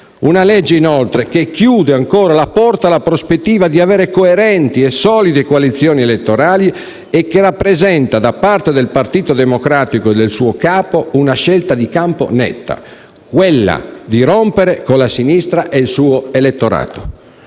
Una legge, inoltre, che chiude la porta alla prospettiva di avere coerenti e solide coalizioni elettorali e che rappresenta, da parte del Partito Democratico e del suo capo, una scelta di campo netta: rompere con la sinistra e il suo elettorato.